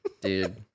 Dude